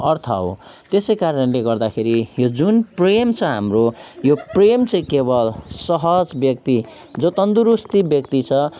अर्थ हो त्यसै कारणले गर्दाखेरि यो जुन प्रेम छ हाम्रो यो प्रेम चाहिँ केवल सहज व्यक्ति जो तन्दुरुस्ती व्यक्ति छ